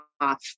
off